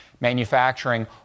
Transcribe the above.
manufacturing